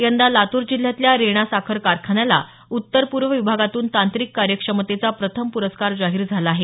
यंदा लातूर जिल्ह्यातल्या रेणा साखर कारखान्याला उत्तर पूर्व विभागातून तांत्रिक कार्य क्षमतेचा प्रथम प्रस्कार जाहीर झाला आहे